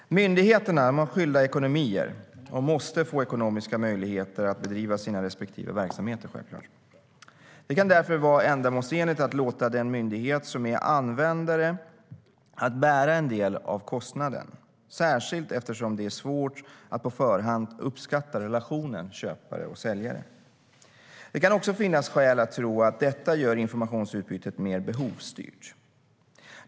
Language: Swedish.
Herr talman! Myndigheterna har skilda ekonomier och måste självklart få ekonomiska möjligheter att bedriva sina respektive verksamheter. Det kan därför vara ändamålsenligt att låta den myndighet som är användare bära en del av kostnaden, särskilt eftersom det är svårt att på förhand uppskatta relationen mellan köpare och säljare. Det kan också finnas skäl att tro att detta gör informationsutbytet mer behovsstyrt.